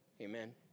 Amen